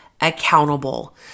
accountable